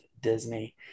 Disney